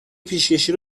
پیشکشی